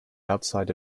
outside